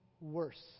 worse